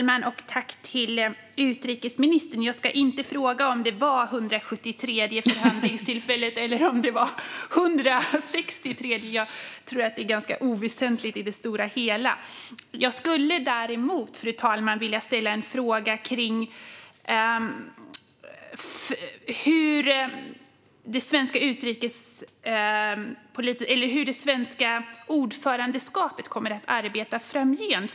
Fru talman! Jag ska inte fråga om det var 173 vid förhandlingstillfället eller om det var 163. Jag tror att det är ganska oväsentligt i det stora hela. Jag skulle däremot, fru talman, vilja ställa en fråga kring hur det svenska ordförandeskapet kommer att arbeta framgent.